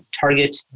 target